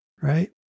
Right